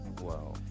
wow